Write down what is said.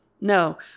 No